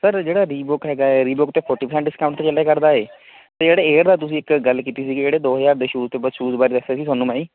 sir ਜਿਹੜਾ Reebok ਹੈਗਾ ਹੈ ਰੀਬੁੱਕ 'ਤੇ ਫੌਰਟੀ ਪ੍ਰਸੈਂਟ ਡਿੰਸਕਾਊਂਟ 'ਤੇ ਚੱਲਿਆ ਕਰਦਾ ਹੈ ਅਤੇ ਜਿਹੜੇ ਏਅਰ ਦਾ ਤੁਸੀਂ ਇੱਕ ਗੱਲ ਕੀਤੀ ਸੀਗੀ ਜਿਹੜੇ ਦੋ ਹਜ਼ਾਰ ਦੇ ਸ਼ੂਜ ਅਤੇ ਬ ਸ਼ੂਜ ਬਾਰੇ ਦੱਸਿਆ ਸੀ ਤੁਹਾਨੂੰ ਮੈਂ ਜੀ